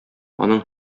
аның